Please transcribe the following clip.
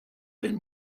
been